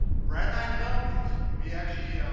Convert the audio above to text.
brad and i developed these. we actually,